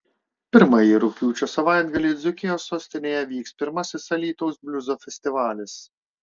pirmąjį rugpjūčio savaitgalį dzūkijos sostinėje vyks pirmasis alytaus bliuzo festivalis